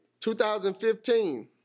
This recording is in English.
2015